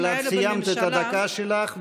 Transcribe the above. אבל את סיימת את הדקה שלך,